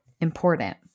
important